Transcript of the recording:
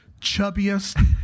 chubbiest